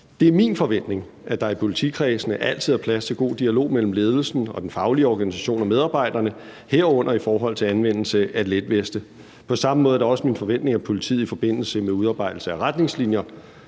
Det er min forventning, at der i politikredsene altid er plads til god dialog mellem ledelsen og den faglige organisation og medarbejderne, herunder i forhold til anvendelse er letveste. På samme måde er det også min forventning, at politiet i forbindelse med udarbejdelse af retningslinjer